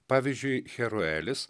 pavyzdžiui cheroelis